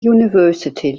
university